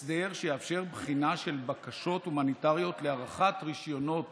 הסדר שיאפשר בחינה של בקשות הומניטריות להארכת רישיונות